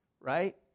right